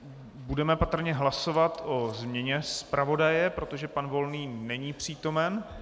Budeme patrně hlasovat o změně zpravodaje, protože pan Volný není přítomen.